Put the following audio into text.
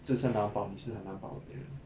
自身难保你是很难保护别人